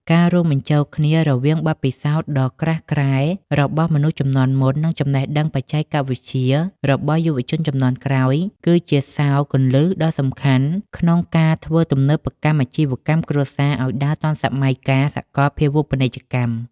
ការរួមបញ្ចូលគ្នារវាងបទពិសោធន៍ដ៏ក្រាស់ក្រែលរបស់មនុស្សជំនាន់មុន និងចំណេះដឹងបច្ចេកវិទ្យារបស់យុវជនជំនាន់ក្រោយ គឺជាសោរគន្លឹះដ៏សំខាន់ក្នុងការធ្វើទំនើបកម្មអាជីវកម្មគ្រួសារឱ្យដើរទាន់សម័យកាលសកលភាវូបនីយកម្ម។